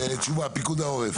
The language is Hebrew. תשובה, פיקוד העורף.